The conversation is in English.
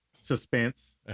suspense